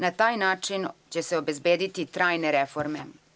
Na taj način će se obezbediti trajne reforme.